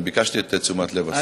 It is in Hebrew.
אני ביקשתי את תשומת לב השר.